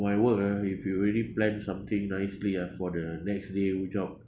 my work ah if you already plan something nicely ah for the next day w~ job